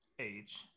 age